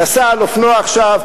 נסע על אופנוע עכשיו.